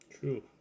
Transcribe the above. True